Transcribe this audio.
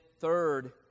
third